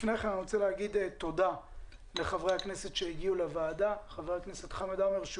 אני רוצה להגיד תודה לחברי הכנסת שהגיעו לוועדה: ח"כ חמד עמאר,